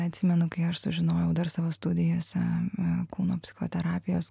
atsimenu kai aš sužinojau dar savo studijose kūno psichoterapijos